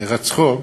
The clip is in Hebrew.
הירצחו,